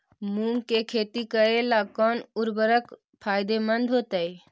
मुंग के खेती करेला कौन उर्वरक फायदेमंद होतइ?